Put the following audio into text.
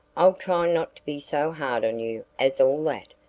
i'll try not to be so hard on you as all that,